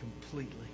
completely